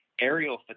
aerial